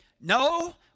No